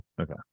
Okay